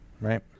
Right